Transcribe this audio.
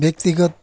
व्यक्तिगत